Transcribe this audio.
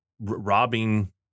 robbing